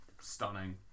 stunning